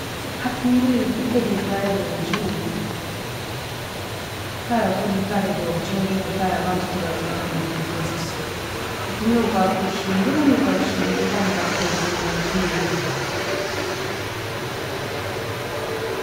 Nakwendeze mbe muntu wamagezi, akubanga ago amageezi, kandi kubaire negankoraki, nenfuna ekyo kumbesaho katugambe nenyigyahano nekuhabuza hanu nkole ki naki haiti ewe noija kumpanura kora kinu nakinu nyonwe nikwo nakwendeze.